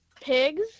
Pigs